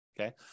Okay